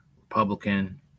Republican